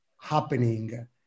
happening